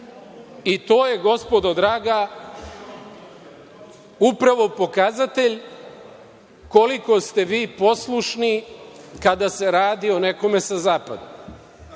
To je, gospodo draga, upravo pokazatelj koliko ste vi poslušni kada se radi o nekome sa zapada.